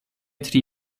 tri